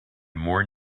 more